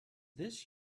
this